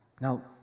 Now